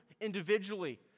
individually